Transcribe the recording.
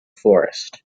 forest